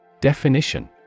DEFINITION